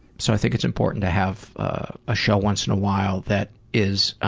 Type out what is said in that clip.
so i think it's important to have a show once in a while that is